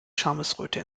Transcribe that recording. schamesröte